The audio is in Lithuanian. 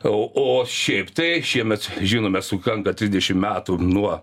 o o šiaip tai šiemet žinome sukanka trisdešim metų nuo